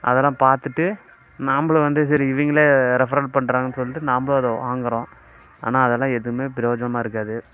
அதெலாம் பார்த்துட்டு நாம்பளும் வந்து சரி இவங்களே ரெஃப்ரல் பண்ணுறாங்கன்னு சொல்லிட்டு நம்மளும் வாங்குகிறோம் ஆனால் அதெலாம் எதுவுமே ப்ரோஜனமாக இருக்காது